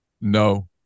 No